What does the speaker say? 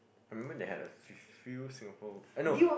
I remember they had a few few Singapore eh no